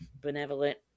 benevolent